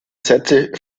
sätze